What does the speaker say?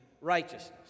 righteousness